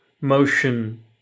Motion